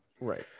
Right